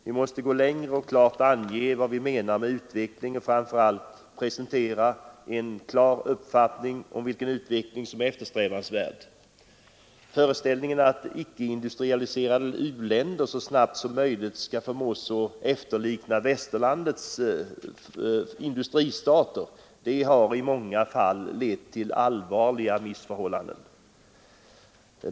Vi måste gå längre och klart ange vad vi menar med utveckling och framför allt presentera en klar uppfattning om vilken utveckling som är eftersträvansvärd. Föreställningen att icke-industrialiserade u-länder så snabbt som möjligt skall förmås efterlikna Västerlandets industristater har i många fall lett till allvarliga missförhållanden.